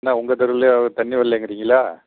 என்ன உங்கள் தெருவுலேயே தண்ணி வரலேங்கிறீங்களா